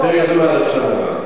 יותר גרוע מלשון הרע.